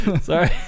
Sorry